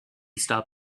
stop